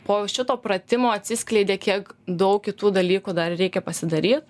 po šito pratimo atsiskleidė kiek daug kitų dalykų dar reikia pasidaryt